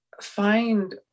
find